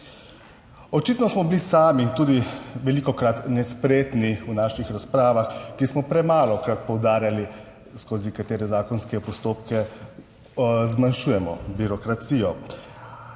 Očitno smo bili sami tudi velikokrat nespretni v naših razpravah, ki smo premalokrat poudarjali, skozi katere zakonske postopke zmanjšujemo birokracijo.